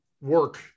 work